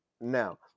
Now